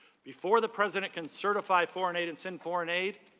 before the president can certify foreign aid and send foreign aid,